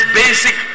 basic